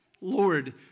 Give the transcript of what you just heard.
Lord